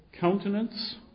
countenance